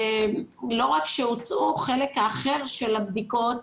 לא רק שהוצאו, בחלק האחר של הבדיקות,